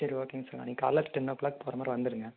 சரி ஓகேங்க சார் நீங்கள் காலையில் டென்னோக்ளாக் போகிற மாதிரி வந்துடுங்க